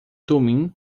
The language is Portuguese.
tumim